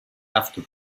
after